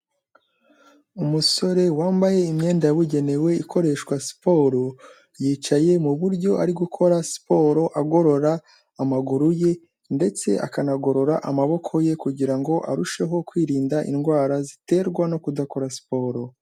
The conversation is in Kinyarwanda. Umusore wambaye imyenda yabugenewe ikoreshwa siporo ,yicaye mu buryo ari gukora siporo agorora amaguru ye, ndetse akanagorora amaboko ye kugira ngo arusheho kwirinda indwara ziterwa no kudakora siporo.